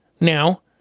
now